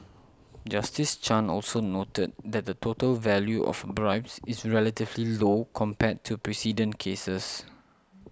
Justice Chan also noted that the total value of bribes is relatively low compared to precedent cases